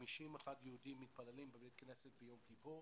51 יהודים מתפללים בבית כנסת ביום כיפור,